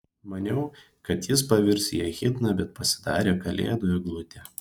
maniau kad jis pavirs į echidną bet pasidarė kalėdų eglutė